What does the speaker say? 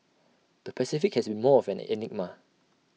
the Pacific has been more of an enigma